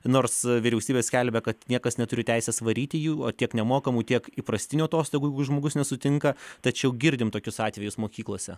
nors vyriausybė skelbia kad niekas neturi teisės varyti jų tiek nemokamų tiek įprastinių atostogų jeigu žmogus nesutinka tačiau girdim tokius atvejus mokyklose